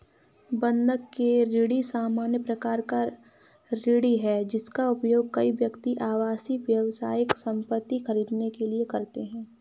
बंधक ऋण सामान्य प्रकार का ऋण है, जिसका उपयोग कई व्यक्ति आवासीय, व्यावसायिक संपत्ति खरीदने के लिए करते हैं